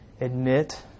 admit